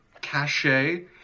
cachet